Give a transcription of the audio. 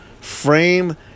Frame